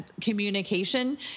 communication